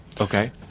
Okay